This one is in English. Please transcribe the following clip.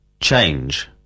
Change